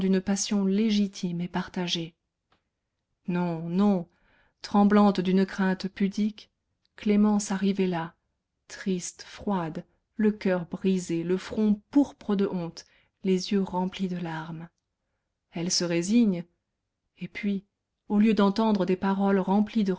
passion légitime et partagée non non tremblante d'une crainte pudique clémence arrivait là triste froide le coeur brisé le front pourpre de honte les yeux remplis de larmes elle se résigne et puis au lieu d'entendre des paroles remplies de